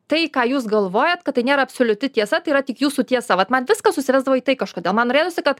tai ką jūs galvojat kad tai nėra absoliuti tiesa tai yra tik jūsų tiesa vat man viskas susivesdavo į tai kažkodėl man norėdavosi kad